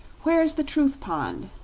where is the truth pond?